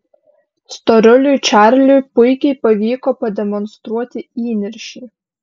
storuliui čarliui puikiai pavyko pademonstruoti įniršį